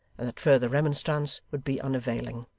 and that further remonstrance would be unavailing.